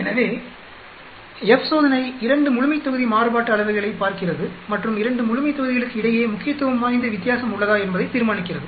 எனவே F சோதனை 2 முழுமைத்தொகுதி மாறுபாட்டு அளவைகளைப் பார்க்கிறது மற்றும் 2 முழுமைத்தொகுதிகளுக்கிடையே முக்கியத்துவம் வாய்ந்த வித்தியாசம் உள்ளதா என்பதை தீர்மானிக்கிறது